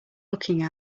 looking